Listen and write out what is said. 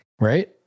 Right